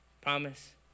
promise